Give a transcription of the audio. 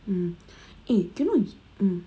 mm eh cannot u~ mm